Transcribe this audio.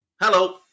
Hello